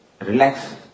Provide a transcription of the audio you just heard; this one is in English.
relax